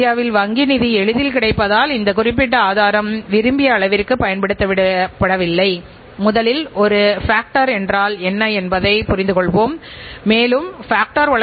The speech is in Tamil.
போட்டித்தன்மையை மேம்படுத்துவதற்கான முயற்சிகளின் ஒரு பகுதியாக பாதிக்கும் மேலான பன்னாட்டு நிறுவனங்கள் தங்களுடைய உற்பத்தித் திறனை மேம்படுத்தி உள்ளன